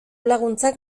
laguntzak